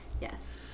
Yes